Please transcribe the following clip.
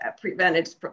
prevented